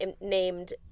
named